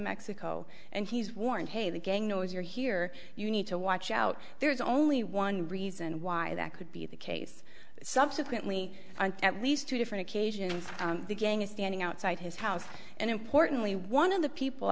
mexico and he's warned hey the gang knows you're here you need to watch out there is only one reason why that could be the case subsequently at least two different occasions the gang is standing outside his house and importantly one of the people